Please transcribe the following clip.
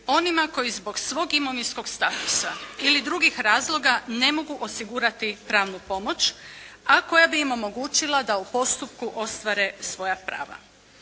onima koji zbog svog imovinskog statusa ili drugih razloga ne mogu osigurati pravnu pomoć, a koja bi im omogućila da u postupku ostvare svoja prava.